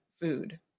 food